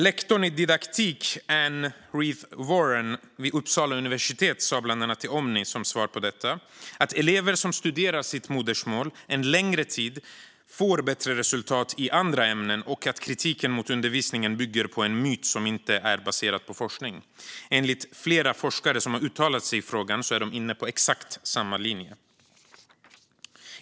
Anne Reath Warren, lektor i didaktik vid Uppsala universitet, har bland annat i Omni sagt som svar på detta att elever som studerar sitt modersmål en längre tid får bättre resultat i andra ämnen och att kritiken mot undervisningen bygger på en myt, som inte är baserad på forskning. Flera forskare som har uttalat sig i frågan är inne på exakt samma linje.